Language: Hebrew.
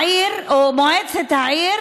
העיר, או מועצת העיר,